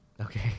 okay